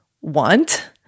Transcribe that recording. want